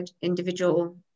individual